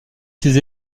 ses